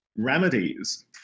remedies